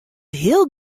heel